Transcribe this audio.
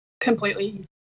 completely